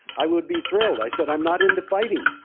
i would be thrilled. i said i'm not into fighting,